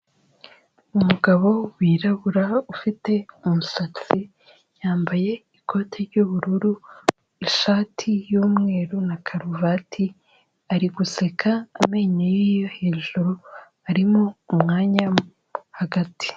Umugabo wirabura ufite umusatsi yambaye ikoti ry'ubururu, ishati y'umweru na karuvati ari guseka amenyo ye yo hejuru arimo umwanya hagati.